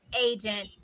agent